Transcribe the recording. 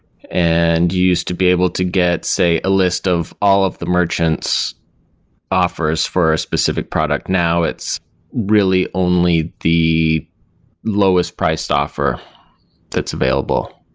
and you used to be able to get, say, a list of all of the merchants' offers for a specific product. now it's really only the lowest price offer that's available,